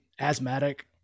asthmatic